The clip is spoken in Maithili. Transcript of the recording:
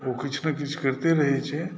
ओ किछु ने किछु करिते रहैत छै